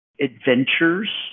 adventures